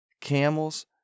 camels